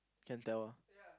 can tell ah